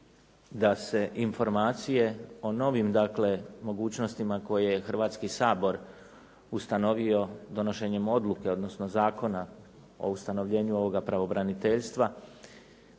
da se informacije o novim mogućnostima koje Hrvatski sabor ustanovio donošenjem odluke, odnosno zakona o ustanovljenju ovoga pravobraniteljstva,